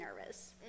nervous